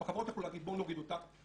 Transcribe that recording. גם החברות יכלו להגיד בואו נוריד אותה,